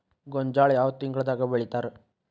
ಗೋಂಜಾಳ ಯಾವ ತಿಂಗಳದಾಗ್ ಬೆಳಿತಾರ?